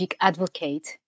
advocate